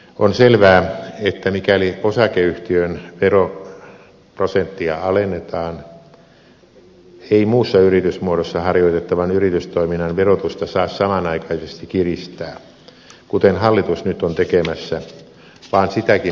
on selvää että mikäli osakeyhtiön veroprosenttia alennetaan ei muussa yritysmuodossa harjoitettavan yritystoiminnan verotusta saa samanaikaisesti kiristää kuten hallitus nyt on tekemässä vaan sitäkin pitää keventää